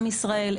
עם ישראל,